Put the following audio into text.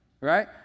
right